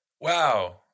Wow